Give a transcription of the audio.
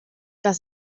das